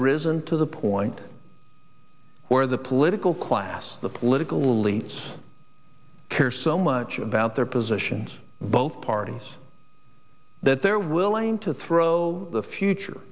risen to the point where the political class the little leitz care so much about their positions both parties that they're willing to throw the future